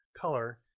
color